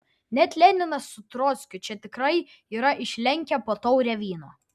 net leninas su trockiu čia tikrai yra išlenkę po taurę vyno